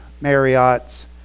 Marriott's